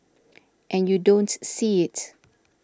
and you don't see it